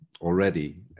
already